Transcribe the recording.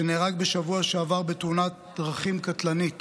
שנהרג בשבוע שעבר בתאונת דרכים קטלנית